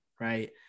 right